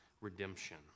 redemption